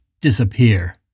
disappear